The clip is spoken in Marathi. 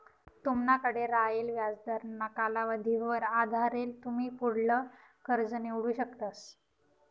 तुमनाकडे रायेल व्याजदरना कालावधीवर आधारेल तुमी पुढलं कर्ज निवडू शकतस